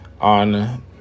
on